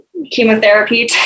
Chemotherapy